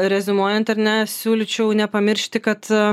reziumuojant ar ne siūlyčiau nepamiršti kad